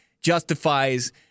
justifies